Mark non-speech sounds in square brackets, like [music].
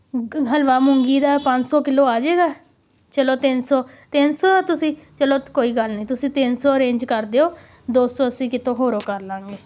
[unintelligible] ਹਲਵਾ ਮੂੰਗੀ ਦਾ ਪੰਜ ਸੌ ਕਿਲੋ ਆ ਜਾਵੇਗਾ ਚਲੋ ਤਿੰਨ ਸੌ ਤਿੰਨ ਸੌ ਤੁਸੀਂ ਚਲੋ ਕੋਈ ਗੱਲ ਨਹੀਂ ਤੁਸੀਂ ਤਿੰਨ ਸੌ ਅਰੇਂਜ ਕਰ ਦਿਓ ਦੋ ਸੌ ਅਸੀਂ ਕਿਤੋਂ ਹੋਰੋਂ ਕਰ ਲਵਾਂਗੇ